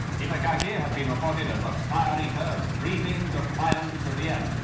itagaki has been reported as ah fire eater, breathing defiance till the end.